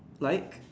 like